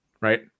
right